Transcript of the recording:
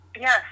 Yes